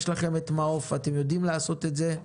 יש לכם את מעו"ף, אתם יודעים לעשות את זה,